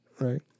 right